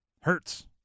Hurts